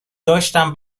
داشتم